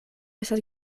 estas